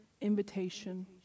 invitation